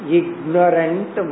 ignorant